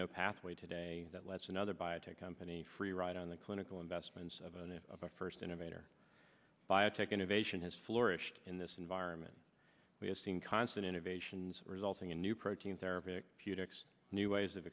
no pathway today that lets another biotech company free ride on the clinical investments of a new first innovator biotech innovation has flourished in this environment we have seen constant innovations resulting in new protein therapy a few ticks new ways of